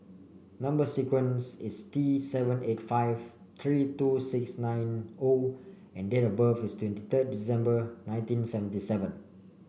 number sequence is T seven eight five three two six nine O and date of birth is twenty third December nineteen seventy seven